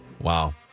Wow